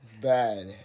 Bad